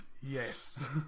Yes